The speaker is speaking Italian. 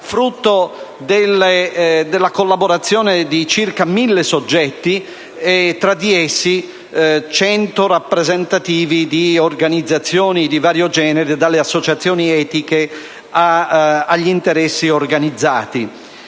frutto della collaborazione di circa 1.000 soggetti, tra di essi 100 rappresentativi di organizzazioni di vario genere, dalle associazioni etiche agli interessi organizzati.